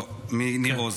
לא, מניר עוז.